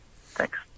Thanks